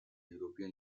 european